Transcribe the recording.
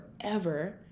forever